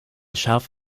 schaf